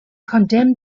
condemned